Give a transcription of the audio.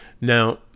Now